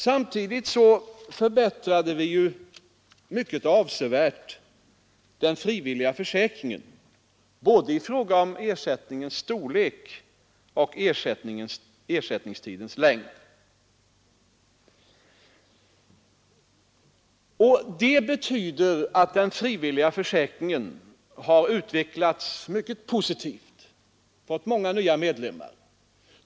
Samtidigt förbättrade vi avsevärt den frivilliga försäkringen både i fråga om ersättningens storlek och i fråga om ersättningstidens längd. Det har medfört att den friviiliga försäkringen utvecklats mycket positivt och fått många nya medlemmar.